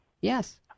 Yes